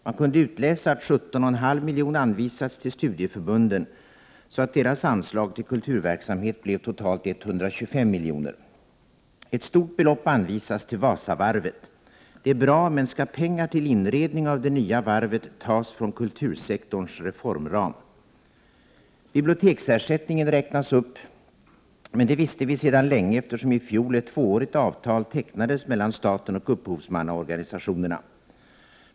Man kunde utläsa att 17,5 miljoner anvisats till studieförbunden, så att deras anslag till kulturverksamhet blev totalt 125 miljoner. Ett stort belopp anvisas till Wasavarvet. Det är bra, men skall pengar till inredning av det nya varvet tas från kultursektorns reformram? Biblioteksersättningen räknas upp, men det visste vi sedan länge, eftersom i fjol ett tvåårigt avtal tecknades mellan staten och upphovsmannaorganisationerna.